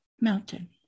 mountain